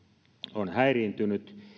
on häiriintynyt